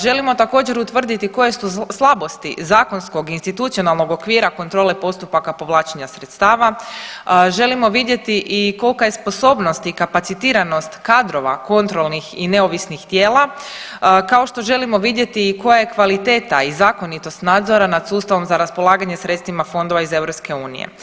Želimo također utvrditi koje su slabosti zakonskog institucionalnog okvira kontrole postupaka povlačenja sredstava, želimo vidjeti i kolika je sposobnost i kapacitiranost kadrova kontrolnih i neovisnih tijela, kao što želimo vidjeti i koja je kvaliteta i zakonitost nadzora nad sustavom za raspolaganje sredstvima fondova iz EU.